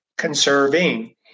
Conserving